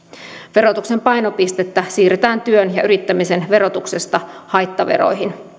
verotuksen painopistettä siirretään työn ja yrittämisen verotuksesta haittaveroihin